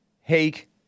hake